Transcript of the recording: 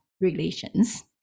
relations